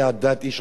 איש על רעהו.